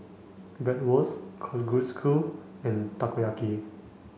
Bratwurst Kalguksu and Takoyaki